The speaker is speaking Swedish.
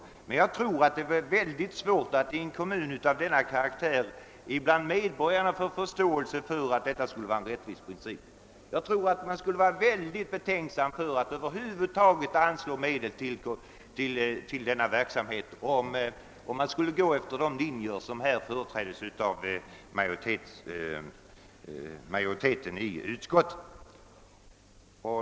I en kommun av den antydda karaktären tror jag det skulle bli oerhört svårt att hos medborgarna vinna förståelse för att en sådan fördelningsprincip skulle vara rättvis. Säkerligen skulle man då ställa sig mycket tveksam till att över huvud taget anslå medel för denna verksamhet, om fördelningen skulle göras efter de linjer som utskottets majoritet talar för. Herr talman!